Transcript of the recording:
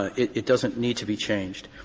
it doesn't need to be changed.